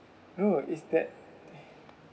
no is that